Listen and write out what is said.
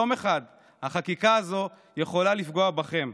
יום אחד החקיקה הזאת יכולה לפגוע בכם.